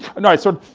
and i sort